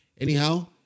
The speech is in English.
Anyhow